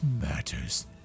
matters